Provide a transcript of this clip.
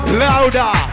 louder